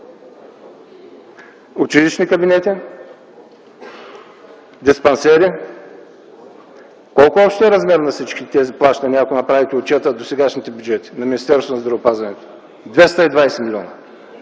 училищни кабинети, диспансери? Колко е общият размер на всички тези плащания? Ако направите отчета в досегашните бюджети на Министерството на здравеопазването - 220 милиона